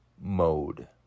mode